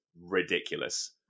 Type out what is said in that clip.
ridiculous